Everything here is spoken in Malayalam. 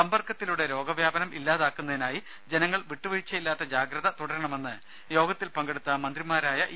സമ്പർക്കത്തിലൂടെ രോഗ വ്യാപനം ഇല്ലാതാക്കുന്നതിനായി ജനങ്ങൾ വിട്ടുവീഴ്ചയില്ലാത്ത ജാഗ്രത തുടരണമെന്ന് യോഗത്തിൽ പങ്കെടുത്ത മന്ത്രിമാരായ ഇ